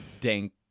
dank